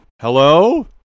Hello